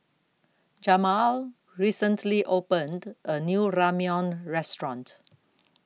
Jamaal recently opened A New Ramyeon Restaurant